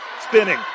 spinning